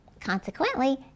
consequently